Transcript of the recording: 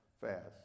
fast